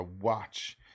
watch